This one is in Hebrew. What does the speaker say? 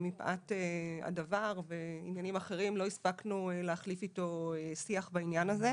ומפאת הדבר ועניינים אחרים לא הספקנו להחליף איתו שיח בעניין הזה.